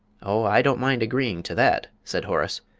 oh, i don't mind agreeing to that, said horace,